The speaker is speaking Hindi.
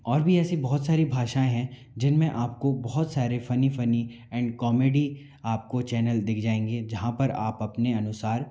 और भी ऐसी बहुत सारी भाषाएँ हैं जिनमें आपको बहुत सारे फनी फनी एंड कॉमेडी आपके चैनल दिख जाएंगे जहाँ पर आप अपने अनुसार